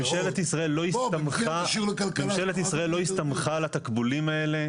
ממשלת ישראל לא הסתמכה על התקבולים האלה,